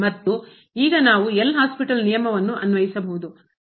ಮತ್ತು ಈಗ ನಾವು ಎಲ್ ಹಾಸ್ಪಿಟಲ್ ನಿಯಮವನ್ನು ಅನ್ವಯಿಸಬಹುದು